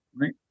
right